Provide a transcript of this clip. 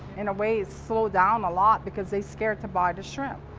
in a way, its slowed down a lot because they scared to buy the shrimp.